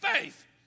faith